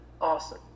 awesome